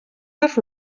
les